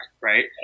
right